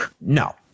No